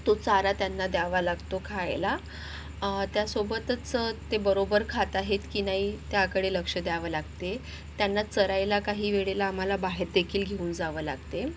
तो चारा त्यांना द्यावा लागतो खायला त्यासोबतच ते बरोबर खात आहेत की नाही त्याकडे लक्ष द्यावं लागते त्यांना चरायला काही वेळेला आम्हाला बाहेरदेखील घेऊन जावं लागते